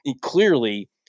clearly